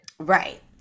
right